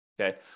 Okay